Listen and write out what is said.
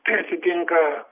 tai atsitinka